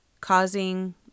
causing